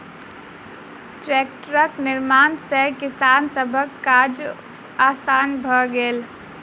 टेक्टरक निर्माण सॅ किसान सभक काज आसान भ गेलै